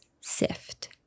SIFT